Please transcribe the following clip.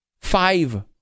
Five